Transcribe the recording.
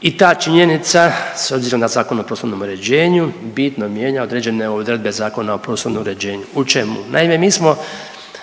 i ta činjenica s obzirom na Zakon o prostornom uređenju bitno mijenja određene odredbe Zakona o prostornom uređenju. U čemu? Naime, mi smo